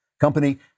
company